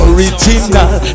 Original